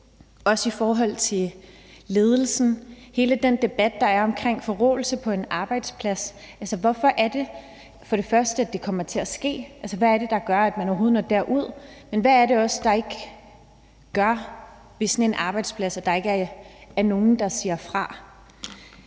også i forhold til ledelsen og hele den debat, der er om forråelse på en arbejdsplads. Hvorfor er det for det første, at det kommer til at ske? Hvad er det, der gør, at man overhovedet når derud? Og hvad er det på sådan en arbejdsplads, der gør, at der ikke er nogen, der siger fra?